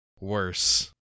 worse